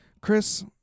chris